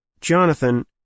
Jonathan